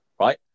right